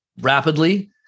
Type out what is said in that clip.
rapidly